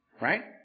Right